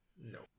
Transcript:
no